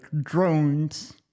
drones